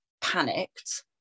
panicked